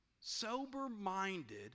Sober-minded